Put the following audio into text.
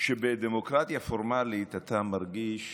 בדמוקרטיה פורמלית אתה מרגיש